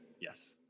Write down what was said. yes